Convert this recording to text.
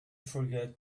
forget